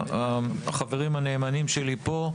החברים הנאמנים שלי פה,